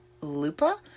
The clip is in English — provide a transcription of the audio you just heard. Lupa